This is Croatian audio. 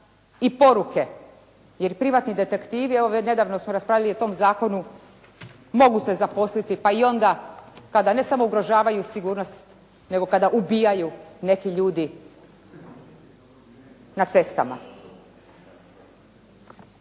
i poruke, jer privatni detektivi evo nedavno smo raspravljali o tom zakonu, mogu se zaposliti pa i onda, kada ne samo ugrožavaju sigurnost, nego kada ubijaju neki ljudi na cestama.